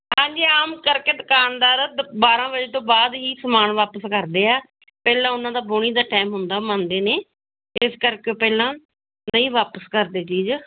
ਹਾਂਜੀ ਆਮ ਕਰਕੇ ਦੁਕਾਨਦਾਰ ਦ ਬਾਰਾਂ ਵਜੇ ਤੋਂ ਬਾਅਦ ਹੀ ਸਮਾਨ ਵਾਪਸ ਕਰਦੇ ਹੈ ਪਹਿਲਾਂ ਉਹਨਾਂ ਦਾ ਬੋਣੀ ਦਾ ਟੈਮ ਹੁੰਦਾ ਉਹ ਮੰਨਦੇ ਨੇ ਇਸ ਕਰਕੇ ਪਹਿਲਾਂ ਨਹੀਂ ਵਾਪਸ ਕਰਦੇ ਚੀਜ਼